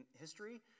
history